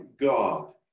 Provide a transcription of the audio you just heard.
God